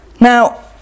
Now